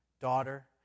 daughter